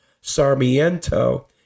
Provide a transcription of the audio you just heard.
Sarmiento